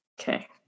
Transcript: Okay